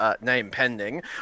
name-pending